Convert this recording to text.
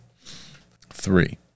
Three